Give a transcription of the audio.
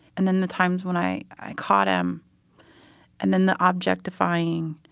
and then the times when i i caught him and then the objectifying.